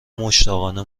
مشتاقانه